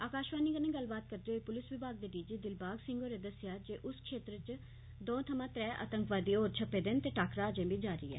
आकाशवाणी कन्नै गल्लबात करदे होई पुलस विमाग दे डी जी दिलबाग सिंह होरें दस्सेआ जे उस क्षेत्र इच दौं थामां त्रै आतंकवादी होर छपे दे न ते टाकरा अजें बी जारी ऐ